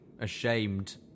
ashamed